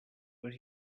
but